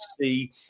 see